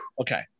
Okay